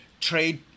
trade